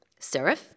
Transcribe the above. serif